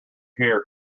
hear